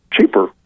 cheaper